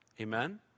Amen